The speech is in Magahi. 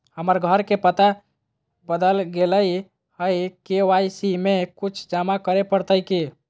हमर घर के पता बदल गेलई हई, के.वाई.सी में कुछ जमा करे पड़तई की?